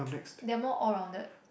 they're more all rounded